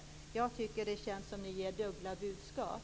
Jag tycker att det känns som om ni ger dubbla budskap.